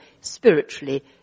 spiritually